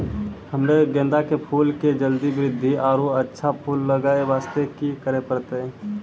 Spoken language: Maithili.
हम्मे गेंदा के फूल के जल्दी बृद्धि आरु अच्छा फूल लगय वास्ते की करे परतै?